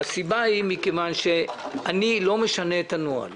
מכיוון שאני לא משנה את הנוהל.